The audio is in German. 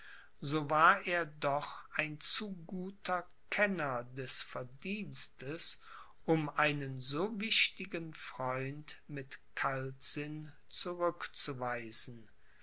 so war er doch ein zu guter kenner des verdienstes um einen so wichtigen freund mit kaltsinn zurückzuweisen